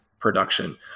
Production